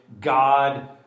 God